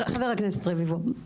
חבר הכנסת רביבו,